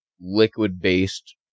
liquid-based